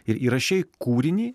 ir įrašei kūrinį